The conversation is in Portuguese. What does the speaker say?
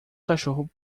cachorro